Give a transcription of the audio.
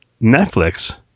Netflix